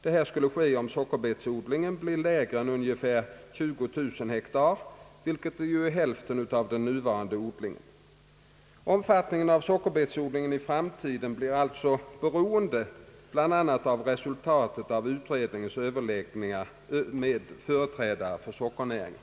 Detta skulle ske om sockerbetsodlingen blev lägre än ungefär 20 000 hektar, vilket är hälften av nuvarande odling. Omfattningen av sockerbetsodlingen i framtiden blir alltså beroende bl.a. av resultatet av utredningens överläggningar med företrädarna för sockernäringen.